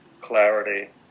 clarity